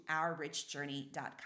ourrichjourney.com